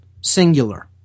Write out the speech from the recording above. singular